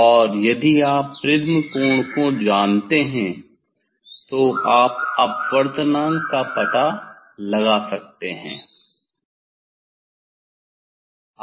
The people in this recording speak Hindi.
और यदि आप प्रिज्म कोण को जानते हैं तो आप अपवर्तनांक रेफ्रेक्टिव इंडेक्स का पता लगा सकते हैं